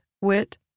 Wit